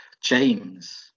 James